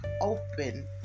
open